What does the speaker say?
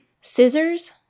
scissors